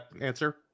answer